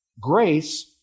Grace